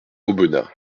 aubenas